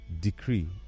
decree